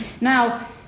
Now